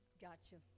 gotcha